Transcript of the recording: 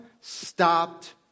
stopped